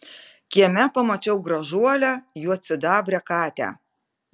kieme pamačiau gražuolę juodsidabrę katę